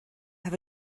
have